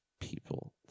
people